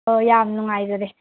ꯑꯣ ꯌꯥꯝ ꯅꯨꯡꯉꯥꯏꯖꯔꯦ